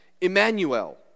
Emmanuel